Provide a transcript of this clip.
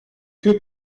que